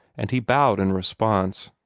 and he bowed in response.